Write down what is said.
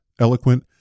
eloquent